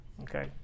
Okay